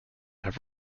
have